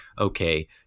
okay